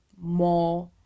more